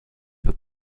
wird